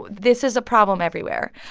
this is a problem everywhere.